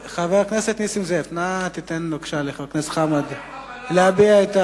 נסים זאב, תן בבקשה לחבר הכנסת חמד עמאר להביע,